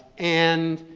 and,